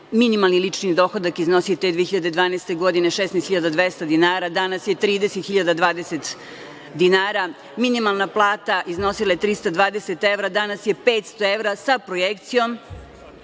minimalni lični dohodak iznosio je te 2012. godine, 16.200,00 dinara. Danas je 30.020,00 dinara. Minimalna plata iznosila je 320 evra, danas je 500 evra sa projekcijom